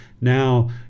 now